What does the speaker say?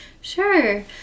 Sure